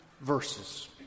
verses